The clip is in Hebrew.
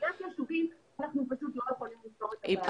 יש יישובים שאנחנו פשוט לא יכולים לפתור את הבעיה.